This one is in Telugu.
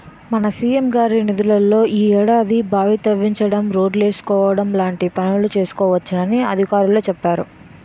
మన ఎం.పి గారి నిధుల్లో ఈ ఏడాది బావి తవ్వించడం, రోడ్లేసుకోవడం లాంటి పనులు చేసుకోవచ్చునని అధికారులే చెప్పేరు